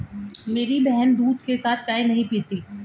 मेरी बहन दूध के साथ चाय नहीं पीती